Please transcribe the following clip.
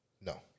No